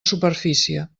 superfície